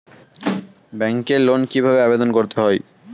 ব্যাংকে লোন কিভাবে আবেদন করতে হয়?